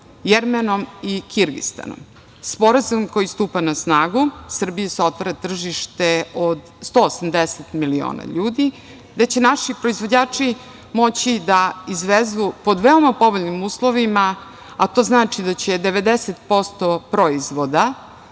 Jermenijom i Kirgistanom. Sporazum koji stupa na snagu, Srbiji se otvara tržište od 180 miliona ljudi gde će naši proizvođači moći da izvezu pod veoma povoljnim uslovima, a to znači da će za 90% proizvoda